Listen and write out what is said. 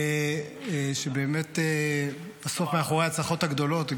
שבאמת בסוף מאחורי ההצלחות הגדולות,